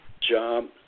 job